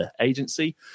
agency